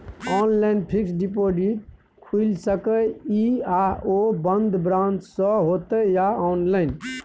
Online fixed deposit खुईल सके इ आ ओ बन्द ब्रांच स होतै या ऑनलाइन?